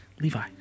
Levi